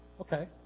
Okay